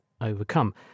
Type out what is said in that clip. overcome